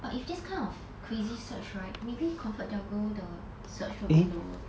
but if this kind of crazy search right maybe comfort delgro the search will be lower